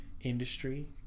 industry